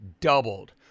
doubled